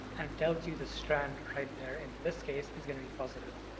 and it tells you the strand right there. in this case, it's going to be positive.